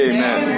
Amen